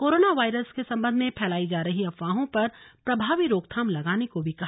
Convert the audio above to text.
corona virus के संबंध में फैलाई जा रही अफवाहों पर प्रभावी रोकथाम लगाने को भी कहा